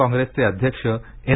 कॉंग्रेसचे अध्यक्ष एन